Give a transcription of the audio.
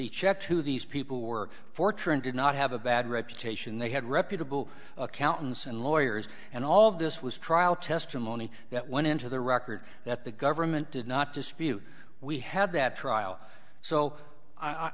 who these people work for true and did not have a bad reputation they had reputable accountants and lawyers and all of this was trial testimony that went into the record that the government did not dispute we had that trial so i